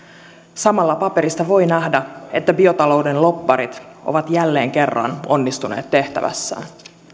samalla paperista voi nähdä että biotalouden lobbarit ovat jälleen kerran onnistuneet tehtävässään